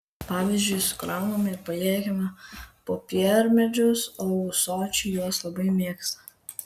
pavyzdžiui sukrauname ir paliekame popiermedžius o ūsočiai juos labai mėgsta